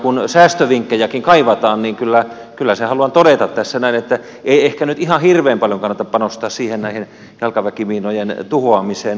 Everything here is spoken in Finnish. kun säästövinkkejäkin kaivataan kyllä sen haluan todeta tässä näin että ei ehkä nyt ihan hirveän paljon kannata panostaa näihin jalkaväkimiinojen tuhoamiseen